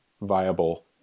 viable